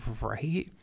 Right